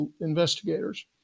investigators